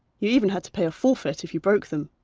you even had to pay a forfeit if you broke them.